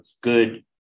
good